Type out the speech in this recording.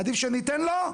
עדיף שניתן לו,